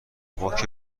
باک